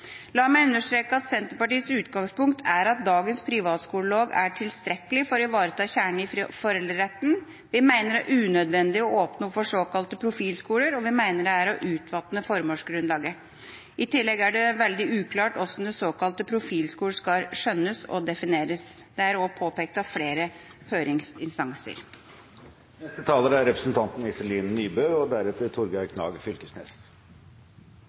La meg understreke at Senterpartiets utgangspunkt er at dagens privatskolelov er tilstrekkelig for å ivareta kjernen i foreldreretten. Vi mener det er unødvendig å åpne opp for såkalte profilskoler, vi mener det er å utvanne formålsgrunnlaget. I tillegg er det veldig uklart hvordan såkalte profilskoler skal forstås og defineres. Det er også påpekt av flere høringsinstanser. I denne saken har Venstre blitt enig med regjeringen og